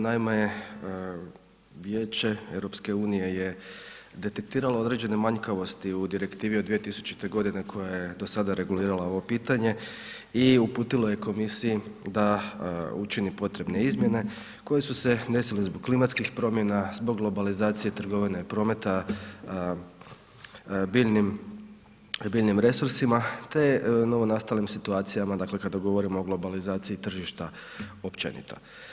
Naime, Vijeće EU je detektiralo određene manjkavosti u direktivi od 2000. godine koja je do sada regulirala ovo pitanje i uputilo je Komisiji da učini potrebne izmjene koje su se desile zbog klimatskih promjena, zbog globalizacije trgovine i prometa, biljnim resursima te novonastalim situacijama kada govorimo o globalizaciji tržišta općenito.